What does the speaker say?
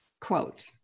quote